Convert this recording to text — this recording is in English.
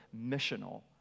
missional